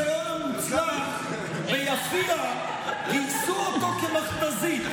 אחרי הניסיון המוצלח ביפיע, גייסו אותו כמכת"זית.